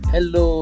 Hello